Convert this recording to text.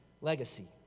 legacy